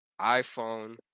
iPhone